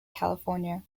california